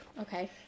okay